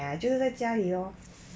!aiya! 就是在家里 lor